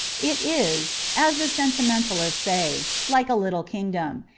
it is, as the sentimentalists say, like a little kingdom,